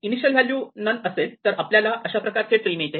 initial value none असेल तर आपल्याला अशा प्रकारचे ट्री मिळते